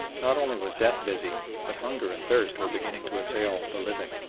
not only was death busy, but hunger and thirst were beginning to assail the living.